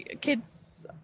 kids